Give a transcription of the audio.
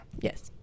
Yes